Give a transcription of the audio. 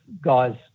guys